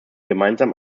gemeinsam